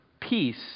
peace